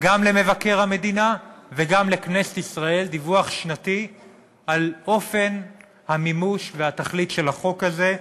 גם למבקר המדינה וגם לכנסת ישראל על אופן המימוש והתכלית של החוק הזה.